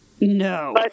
No